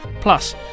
Plus